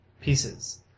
pieces